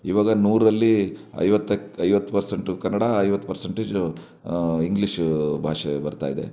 ಇವಾಗ ನೂರರಲ್ಲಿ ಐವತ್ತಕ್ಕೆ ಐವತ್ತು ಪರ್ಸೆಂಟ್ ಕನ್ನಡ ಐವತ್ತು ಪರ್ಸೆಂಟೇಜು ಇಂಗ್ಲೀಷು ಭಾಷೆ ಬರ್ತಾ ಇದೆ